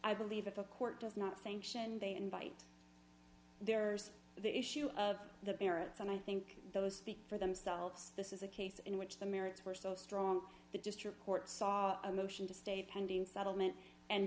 i believe if a court does not sanction they invite there's the issue of the merits and i think those speak for themselves this is a case in which the merits were so strong the district court saw a motion to stay pending settlement and